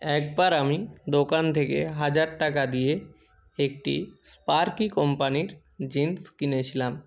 একবার আমি দোকান থেকে হাজার টাকা দিয়ে একটি স্পার্কি কোম্পানির জিন্স কিনেছিলাম